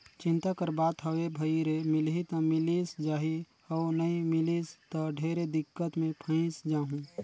चिंता कर बात हवे भई रे मिलही त मिलिस जाही अउ नई मिलिस त ढेरे दिक्कत मे फंयस जाहूँ